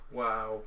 wow